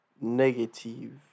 negative